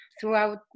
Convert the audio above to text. throughout